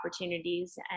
opportunities